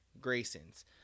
Graysons